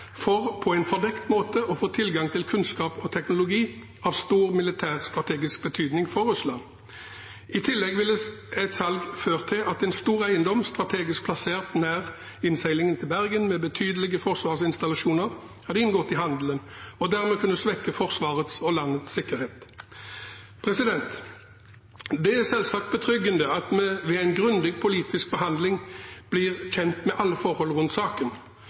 for på en fordekt måte å få tilgang til kunnskap og teknologi som har stor militærstrategisk betydning for Russland. I tillegg ville et salg ført til at en stor eiendom strategisk plassert nær innseilingen til Bergen med betydelige forsvarsinstallasjoner hadde inngått i handelen og dermed kunnet svekke Forsvarets og landets sikkerhet. Det er selvsagt betryggende at vi ved en grundig politisk behandling blir kjent med alle forhold rundt saken.